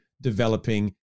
developing